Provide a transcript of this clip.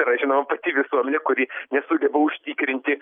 yra žinoma pati visuomenė kuri nesugeba užtikrinti